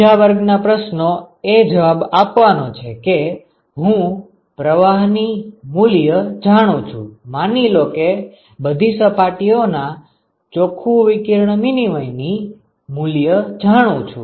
બીજા વર્ગ ના પ્રશ્નનો એ જવાબ આપવાનો છે કે હું પ્રવાહ ની મૂલ્ય જાણું છું માની લો કે બધી સપાટીઓ ના ચોખ્ખું વિકિરણ વિનિમય ની મૂલ્ય જાણું છું